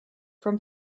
from